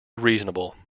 reasonable